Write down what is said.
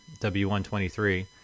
W123